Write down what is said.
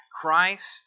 Christ